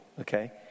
okay